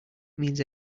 means